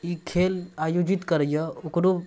ई खेल आयोजित करैए ओकरो